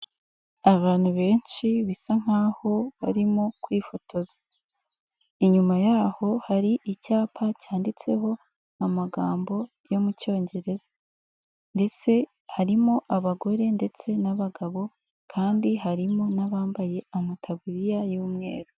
Abantu benshi bisa nk'aho barimo kwifotoza, inyuma yaho hari icyapa cyanditseho amagambo yo mu Cyongereza ndetse harimo abagore ndetse n'abagabo, kandi harimo n'abambaye amataburiya y'umweru.